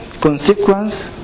consequence